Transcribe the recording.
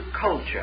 culture